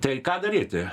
tai ką daryti